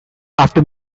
after